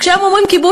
כשהם אומרים "כיבוש",